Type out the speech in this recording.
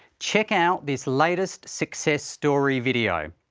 check out this latest success story video.